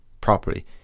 properly